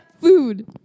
food